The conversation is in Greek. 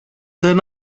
δεν